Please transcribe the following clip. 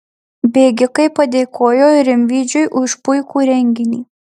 bėgikai padėkojo rimvydžiui už puikų renginį